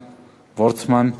וורצמן.